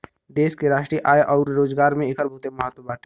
देश के राष्ट्रीय आय अउर रोजगार में एकर बहुते महत्व बाटे